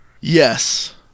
Yes